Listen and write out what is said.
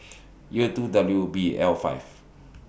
U two W B L five